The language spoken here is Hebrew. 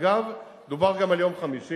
אגב, דובר גם על יום חמישי